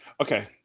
okay